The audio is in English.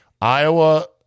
Iowa